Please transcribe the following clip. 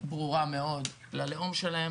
ברורה מאוד ללאום שלהם,